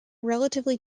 relatively